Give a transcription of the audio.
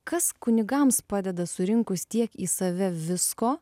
kas kunigams padeda surinkus tiek į save visko